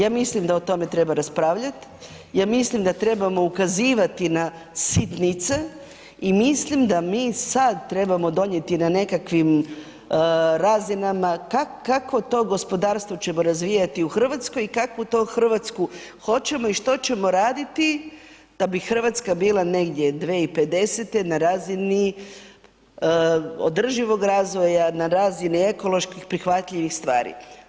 Ja mislim da o tome treba raspravljati, ja mislim da trebamo ukazivati na sitnice i mislim da mi sad trebamo donijeti na nekakvim razinama kakvo to gospodarstvo ćemo razvijati u Hrvatskoj i kakvu to Hrvatsku hoćemo i što ćemo raditi da bi Hrvatska bila negdje, 2050. na razini održivog razvoja, na razini ekoloških prihvatljivih stvari.